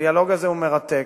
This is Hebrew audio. הדיאלוג הזה הוא מרתק.